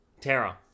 Tara